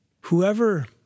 whoever